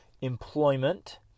employment